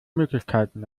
möglichkeiten